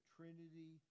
Trinity